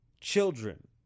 Children